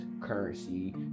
currency